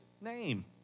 name